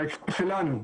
להקשר שלנו,